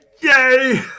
Yay